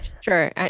Sure